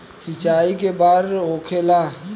सिंचाई के बार होखेला?